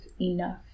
enough